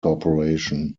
corporation